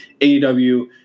AEW